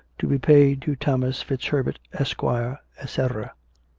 to be paid to thomas fitzherbert, esquire, etc